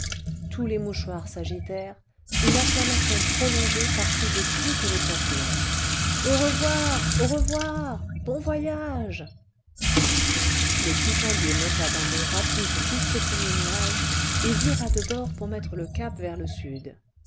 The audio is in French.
tous les mouchoirs s'agitèrent une acclamation prolongée partit de toutes les poitrines ce au revoir au revoir bon voyage le tissakdiee monta d'un bond rapide jusqu'aux premiers nuages et vira cle bord pour mettre le cap vers le sud